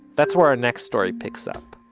that's where our next story picks up.